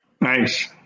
Nice